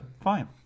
Fine